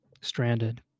stranded